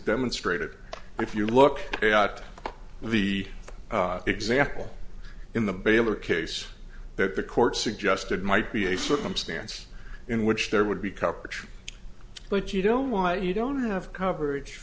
demonstrated if you look at the example in the baylor case that the court suggested might be a circumstance in which there would be coverage but you don't why you don't have coverage